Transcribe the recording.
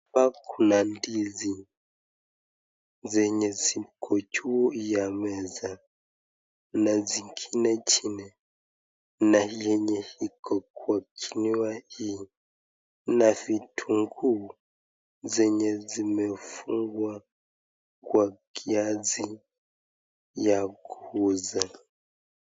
Hapa kuna ndizi yenye ziko juu ya meza na zingine chini na yenye iko kwa kinua na vitunguu zenye zimefungwa kwa kiazi ya kuuza.